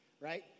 right